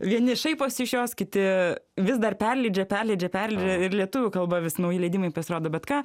vieni šaiposi iš jos kiti vis dar perleidžia perleidžia perleidžia ir lietuvių kalba vis nauji leidimai pasirodo bet ką